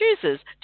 chooses